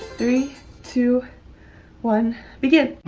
three two one begin